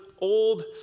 old